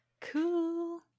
Cool